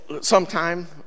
sometime